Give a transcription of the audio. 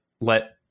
let